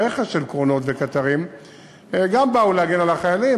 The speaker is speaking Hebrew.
רכש של קרונות וקטרים גם באו להגן על החיילים,